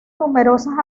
numerosas